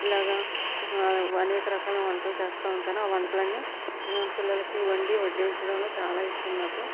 ఇలాగా అనేక రకాల వంటలు చేస్తూ ఉంటాను ఆ వంటలన్నీ పిల్లలకి వండి వడ్డించడంలో చాలా ఇష్టం నాకు